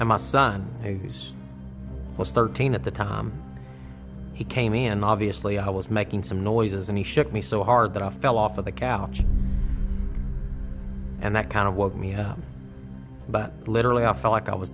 and my son who's was thirteen at the time he came in and obviously i was making some noises and he shook me so hard that i fell off of the couch and that kind of woke me up but literally i felt like i was